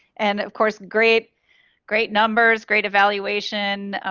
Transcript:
and of course great great numbers, great evaluation,